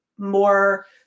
more